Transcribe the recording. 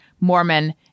Mormon